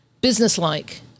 businesslike